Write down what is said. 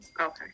Okay